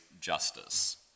justice